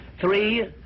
three